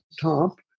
top